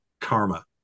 karma